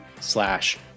slash